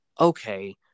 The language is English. Okay